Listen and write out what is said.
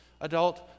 adult